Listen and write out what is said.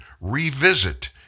revisit